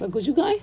bagus juga eh